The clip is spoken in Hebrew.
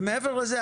ומעבר לזה,